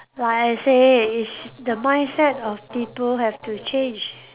like I say it's the mindset of people have to change